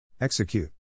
execute